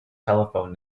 telephone